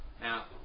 Now